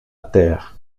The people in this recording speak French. terre